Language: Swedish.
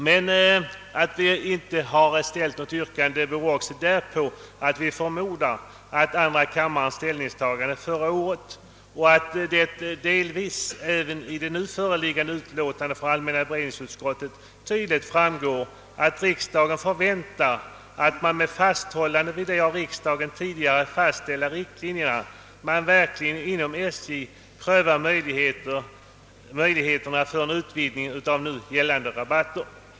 Men att vi inte har reserverat oss beror också på att det av andra kammarens ställningstagande förra året — och delvis också av det nu föreliggande utlåtandet från allmänna beredningsutskottet — tydligt framgår att riksdagen förväntar att man inom SJ med fasthållande vid de av riksdagen tidigare fastställda riktlinjerna verkligen prövar möjligheterna till en utvidgning av nu gällande rabatter.